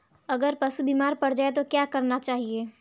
अगर पशु बीमार पड़ जाय तो क्या करना चाहिए?